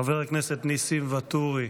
חבר הכנסת ניסים ואטורי,